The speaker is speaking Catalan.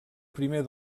primer